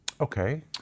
Okay